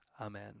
Amen